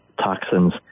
toxins